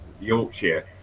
Yorkshire